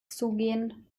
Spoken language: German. zugehen